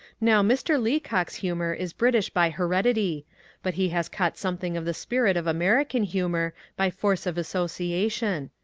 now mr. leacock's humour is british by heredity but he has caught something of the spirit of american humour by force of association.